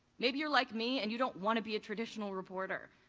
maybe you're like me and you don't want to be a traditional reporter.